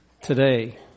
today